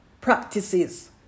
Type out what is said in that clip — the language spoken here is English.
practices